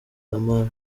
lamar